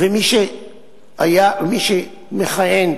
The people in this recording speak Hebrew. ומי שמכהן